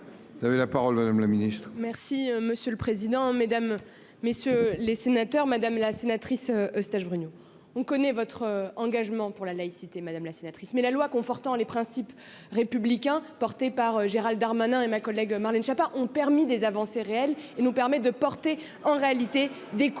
vous avez la parole madame la ministre. Merci monsieur le président, Mesdames, messieurs les sénateurs, madame la sénatrice stage Bruno, on connaît votre engagement pour la laïcité, madame la sénatrice, mais la loi, confortant les principes républicains, porté par Gérald Darmanin et ma collègue Marlène Schiappa ont permis des avancées réelles et nous permet de porter en réalité des coups